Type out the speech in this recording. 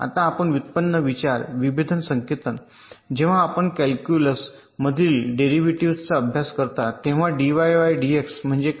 आता आपण व्युत्पन्न विचार विभेदक संकेतन जेव्हा आपण कॅल्क्युलस मधील डेरिव्हेटिव्हजचा अभ्यास करता तेव्हा डीवाय डीएक्स म्हणजे काय